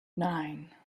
nine